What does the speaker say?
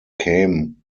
came